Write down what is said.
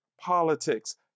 Politics